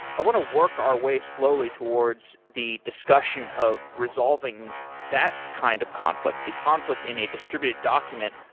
i want to work our way slowly towards the discussion of resolving that kind of conflict the conflict in a distributed document,